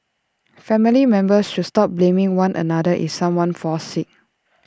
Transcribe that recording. family members should stop blaming one another if someone falls sick